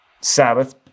Sabbath